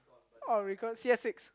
oh recall C_S six